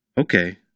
Okay